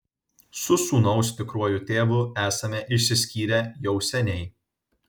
su sūnaus tikruoju tėvu esame išsiskyrę jau seniai